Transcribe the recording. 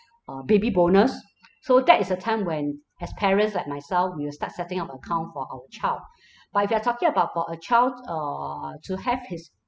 uh baby bonus so that is the time when as parents like myself we'll start setting up account for our child but if you're talking about for a child err to have his